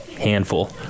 handful